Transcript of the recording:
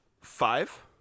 five